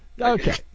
Okay